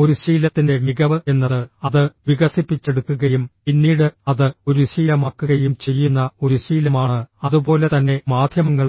ഒരു ശീലത്തിൻറെ മികവ് എന്നത് അത് വികസിപ്പിച്ചെടുക്കുകയും പിന്നീട് അത് ഒരു ശീലമാക്കുകയും ചെയ്യുന്ന ഒരു ശീലമാണ് അതുപോലെ തന്നെ മാധ്യമങ്ങളും